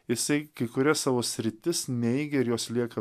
jisai kai kurias savo sritis neigia ir jos lieka